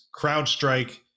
CrowdStrike